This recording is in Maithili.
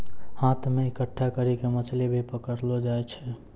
हाथ से इकट्ठा करी के मछली भी पकड़लो जाय छै